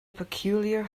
peculiar